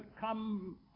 come